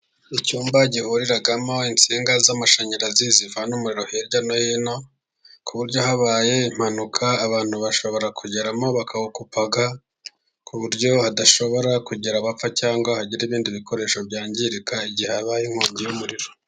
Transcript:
Icyumba gihuriramo insinga z'amashanyarazi zivana umuriro hirya no hino, ku buryo habaye impanuka abantu bashobora kugeramo bakawukupa ku buryo hadashobora kugira abapfa, cyangwa hagira ibindi bikoresho byangirika igihe habaye inkongi y'umuriro.